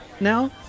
now